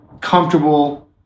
comfortable